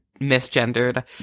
misgendered